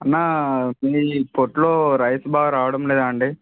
అన్నా మీ కొట్లో రైస్ బాగా రావడం లేదండి